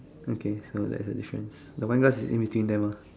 okay so there's a difference the wine glass is in between them ah